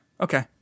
Okay